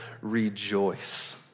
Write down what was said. Rejoice